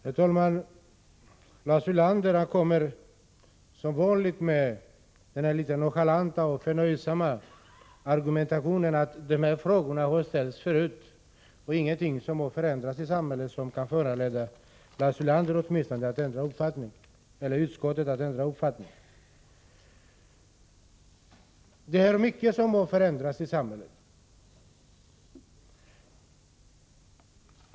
Herr talman! Lars Ulander kommer som vanligt med den litet nonchalanta och förnöjsamma argumentationen att de här frågorna har ställts förut, och ingenting har förändrats i samhället som kan föranleda utskottet att ändra uppfattning. Det är mycket som har förändrats i samhället.